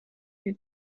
mir